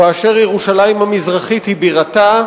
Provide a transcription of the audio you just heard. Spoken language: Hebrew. ואשר ירושלים המזרחית היא בירתה,